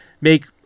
make